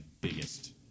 biggest